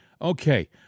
Okay